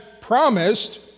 promised